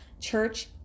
Church